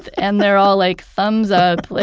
and they're all like thumbs-up, like